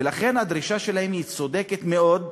ולכן, הדרישה שלהם צודקת מאוד.